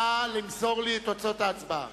נא למסור לי את תוצאות ההצבעה.